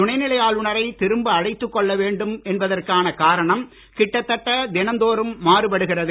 துணை நிலை ஆளுநரை திரும்ப அழைத்துக் கொள்ள வேண்டும் என்பதற்கான காரணம் கிட்டதட்ட தினந்தோறும் மாறுபடுகிறது